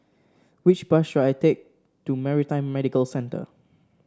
which bus should I take to Maritime Medical Centre